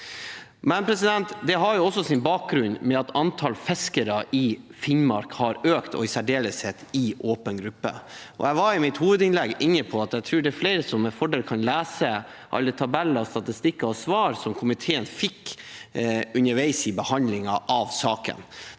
det, men det har også bakgrunn i at antall fiskere i Finnmark har økt, og i særdeleshet i åpen gruppe. Jeg var i mitt hovedinnlegg inne på at jeg tror det er flere som med fordel kan lese alle tabeller, statistikker og svar komiteen har fått underveis i behandlingen av saken.